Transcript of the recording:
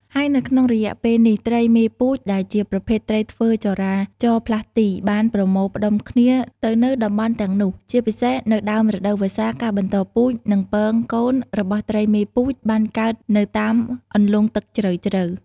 ហើយនៅក្នុងរយៈពេលនេះ ត្រីមេពូជ ដែលជាប្រភេទត្រីធ្វើចរាចរផ្លាស់ទី បានប្រមូលផ្តុំគ្នាទៅនៅតំបន់ទាំងនោះ ជាពិសេសនៅដើមរដូវវស្សា ការបន្តពូជ និងពង-កូន របស់ត្រីមេពូជ បានកើតនៅតាមអន្លុងទឹកជ្រៅៗ